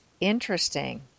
interesting